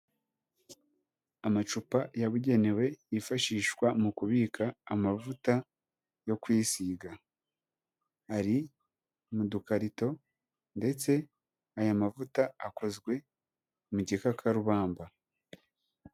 Amacupa yabugenewe yifashishwa mu kubika amavuta yo kwisiga ari mu dukarito ndetse aya mavuta akozwe mu gikakarubamba.